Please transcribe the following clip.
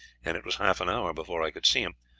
and it was half-an-hour before i could see him.